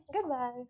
Goodbye